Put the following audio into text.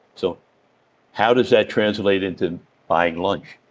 so how does that translate into buying lunch,